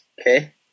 Okay